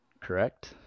Correct